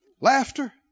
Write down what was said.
Laughter